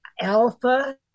Alpha